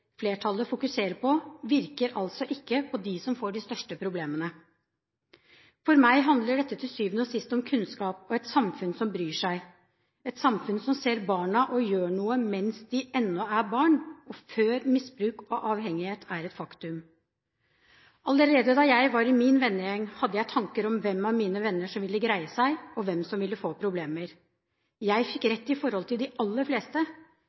flertallet fokuserer på, virker altså ikke på dem som får de største problemene. For meg handler dette til syvende og sist om kunnskap og et samfunn som bryr seg, et samfunn som ser barna og gjør noe mens de ennå er barn og før misbruk og avhengighet er et faktum. Allerede da jeg var i min vennegjeng, hadde jeg tanker om hvem av mine venner som ville greie seg, og hvem som ville få problemer. Jeg fikk rett i forhold til de aller fleste.